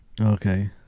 Okay